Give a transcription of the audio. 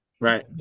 Right